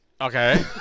Okay